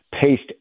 paste